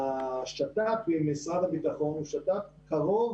השת"פ עם משרד הבריאות הוא קרוב